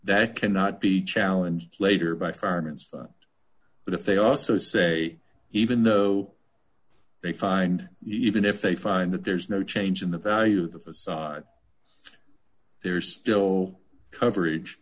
that cannot be challenge later by farmers but if they also say even though they find even if they find that there's no change in the value of the facade there is still coverage